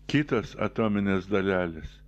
kitas atominės dalelės